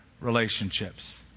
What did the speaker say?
Relationships